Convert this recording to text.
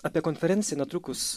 apie konferenciją netrukus